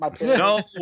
No